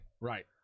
right